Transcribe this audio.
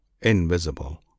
invisible